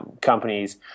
companies